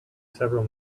several